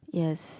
yes